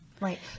Right